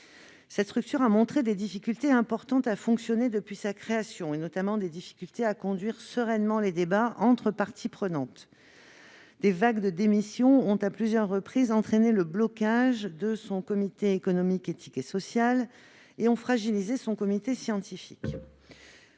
Cette structure a montré des difficultés importantes à fonctionner depuis sa création, et notamment à conduire sereinement les débats entre parties prenantes. Des vagues de démissions ont, à plusieurs reprises, entraîné le blocage de son comité économique, éthique et social et ont fragilisé son comité scientifique.